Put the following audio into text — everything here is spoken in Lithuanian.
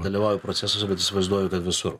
dalyvauju procesuose įsivaizduoju kad visur